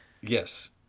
Yes